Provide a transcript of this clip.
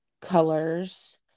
colors